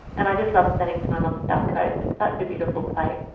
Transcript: and i just love spending time on the south coast. it's such a beautiful place.